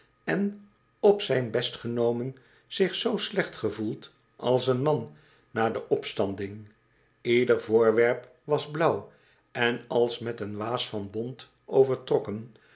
en op zijn best genomen zich zoo slecht gevoeld als een man na de opstanding ieder voorwerp was blauw en als met een waas van bont overtrokken